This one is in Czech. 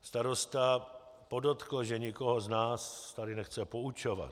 Starosta podotkl, že nikoho z nás tady nechce poučovat.